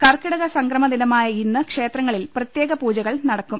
കർക്കിടക സംക്രമ ദിനമായ ഇന്ന് ക്ഷേത്രങ്ങളിൽ പ്രത്യേക പൂജകൾ നടക്കും